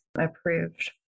approved